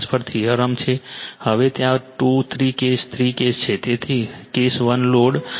હવે ત્યાં 2 3 case 3 case છે તેથી કેસ 1 લોડ